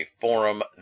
forum